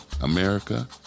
America